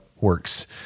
works